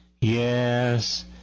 yes